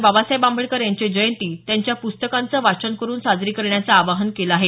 बाबासाहेब आंबेडकर यांची जयंती त्यांच्या पुस्तकांचं वाचन करुन साजरी करण्याचं आवाहन केलं आहे